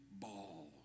ball